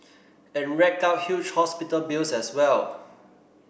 and rack up huge hospital bills as well